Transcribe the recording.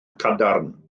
cadarn